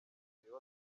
ibiri